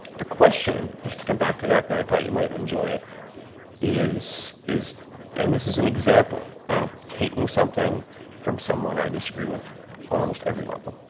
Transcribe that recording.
the question, just to come back to that that i thought you might enjoy is, is, and this is an example of taking something from someone i disagree with on almost every level.